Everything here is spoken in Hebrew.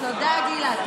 תודה, גילה.